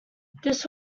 this